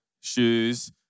shoes